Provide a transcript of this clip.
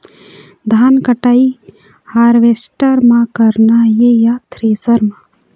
धान कटाई हारवेस्टर म करना ये या थ्रेसर म?